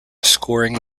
scoring